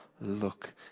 look